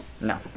No